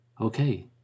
Okay